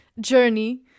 journey